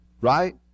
right